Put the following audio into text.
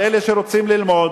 על אלה שרוצים ללמוד,